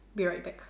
be right back